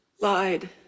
lied